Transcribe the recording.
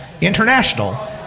international